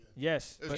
Yes